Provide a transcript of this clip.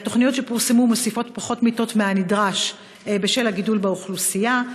התוכניות שפורסמו מוסיפות פחות מיטות מהנדרש בשל הגידול באוכלוסייה,